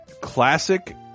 classic